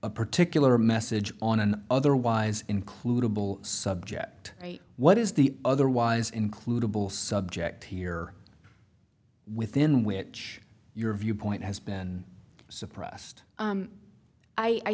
a particular message on an otherwise include subject what is the otherwise included bull subject here within which your viewpoint has been suppressed